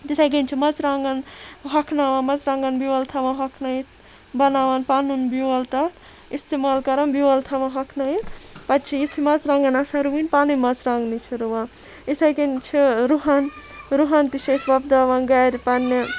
تِتھے کٔنۍ چھِ مَرژٕانٛگَن ہۄکھناوان مَرژٕانٛگَن بیٚول تھاوان ہۄکھنٲیِتھ بَناوان پَنُن بیٚول تَتھ اِستعمال کَران بیٚول تھاوان ہۄکھنٲیِتھ پَتہٕ چھِ یِتھی مَرژٕانٛگَن آسَن رُوٕنۍ پَنٕنۍ مَژرانٛگَنٕے چھِ رُوان اِتھے کٔنۍ چھُ رُہَن رُہَن تہِ چھِ أسۍ وۄبداوان گَرِ پَننہِ